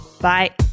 Bye